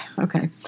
Okay